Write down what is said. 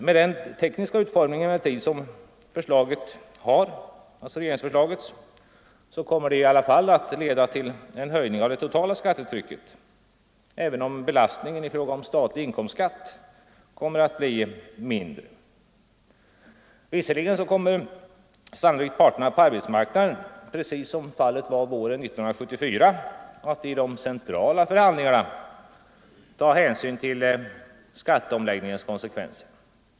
Med den tekniska utformning som regeringsförslaget har kommer det dock att leda till en höjning av det totala skattetrycket, trots att belastningen i fråga om statlig inkomstskatt kommer att bli mindre. Visserligen kommer sannolikt parterna på arbetsmarknaden, precis som fallet var våren 1974, att i de centrala förhandlingarna ta hänsyn till skatteomläggningens konsekvenser.